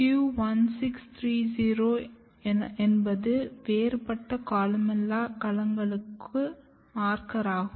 Q1630 என்பது வேறுபட்ட கோலுமெல்லா கலங்களுக்கு மார்க்கர் ஆகும்